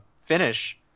finish